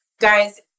Guys